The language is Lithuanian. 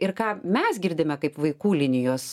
ir ką mes girdime kaip vaikų linijos